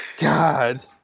God